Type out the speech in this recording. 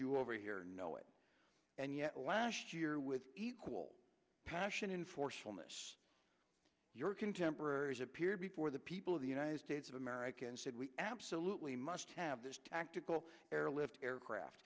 you over here know it and yet last year with equal passion in forcefulness your contemporaries appeared before the people of the united states of america and said we absolutely must have this tactical airlift aircraft